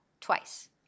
twice